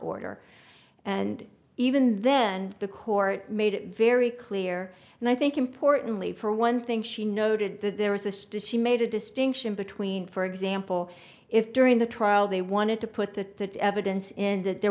order and even then the court made it very clear and i think importantly for one thing she noted that there was a stitch she made a distinction between for example if during the trial they wanted to put the evidence in that there